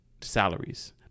salaries